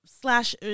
slash